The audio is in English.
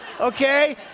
Okay